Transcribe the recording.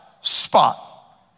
spot